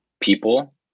people